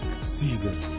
season